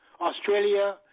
Australia